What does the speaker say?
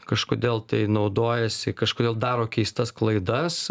kažkodėl tai naudojasi kažkodėl daro keistas klaidas